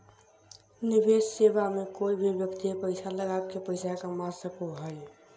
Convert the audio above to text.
निवेश सेवा मे कोय भी व्यक्ति पैसा लगा के पैसा कमा सको हय